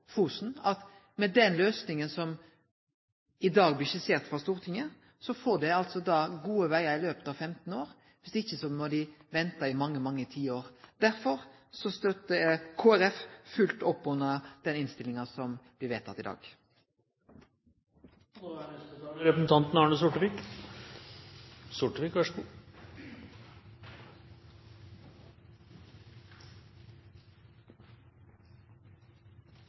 Fosen. Med den løysinga som i dag blir skissert frå Stortinget, får dei gode vegar i løpet av 15 år, viss ikkje må dei vente i mange, mange tiår. Derfor støttar Kristeleg Folkeparti fullt opp under den innstillinga som blir vedteken i dag. Fremskrittspartiet driver ikke budsjettbehandling i enkeltsaker. Det gir meg en grei anledning til å minne representantene for regjeringspartiene, og i særdeleshet representanten